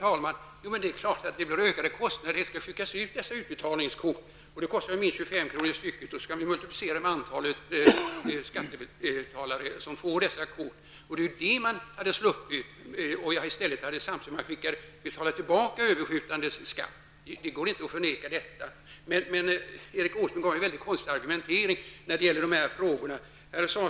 Herr talman! Det är klart att det leder till ökade kostnader. Utbetalningskort skall skickas ut, till en kostnad av minst 25 kr. styck. Detta belopp skall multipliceras med antalet skattebetalare som skall få utbetalningskort. Denna kostnad hade man sluppit om man hade gjort återbetalningen samtidigt som man betalar tillbaka överskjutande skatt. Det går inte att förneka detta. Erik Åsbrink har dock en mycket konstig argumentering när det gäller dessa frågor.